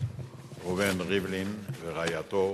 ראובן ריבלין ורעייתו,